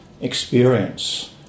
experience